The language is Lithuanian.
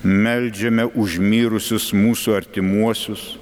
meldžiame už mirusius mūsų artimuosius